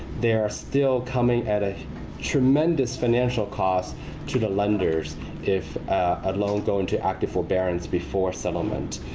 they're still coming at a tremendous financial cost to the lenders if a loan goes into active forbearance before settlement.